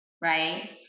right